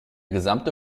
gesamte